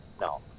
No